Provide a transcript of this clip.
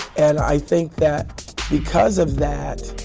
and i think that because of that,